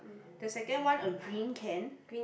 the second one a green can